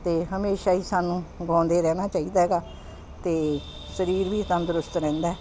ਅਤੇ ਹਮੇਸ਼ਾ ਹੀ ਸਾਨੂੰ ਗਾਉਂਦੇ ਰਹਿਣਾ ਚਾਹੀਦਾ ਹੈਗਾ ਅਤੇ ਸਰੀਰ ਵੀ ਤੰਦਰੁਸਤ ਰਹਿੰਦਾ